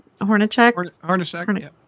Hornacek